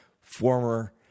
former